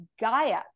Gaia